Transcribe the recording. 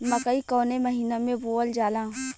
मकई कवने महीना में बोवल जाला?